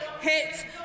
hit